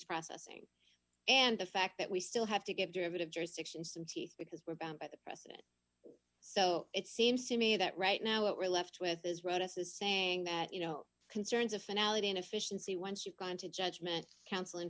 processing and the fact that we still have to give derivative jurisdiction some teeth because we're bound by the precedent so it seems to me that right now what we're left with is right as the saying that you know concerns of finality and efficiency once you've gone to judgment couns